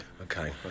Okay